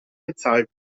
bezahlt